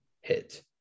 hit